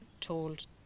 told